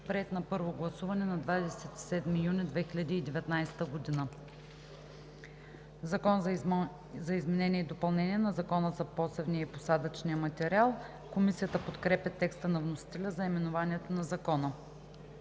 приет на първо гласуване на 27 юни 2019 г. „Закон за изменение и допълнение на Закона за посевния и посадъчния материал“.“ Комисията подкрепя текста на вносителя за наименованието на Закона.